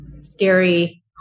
scary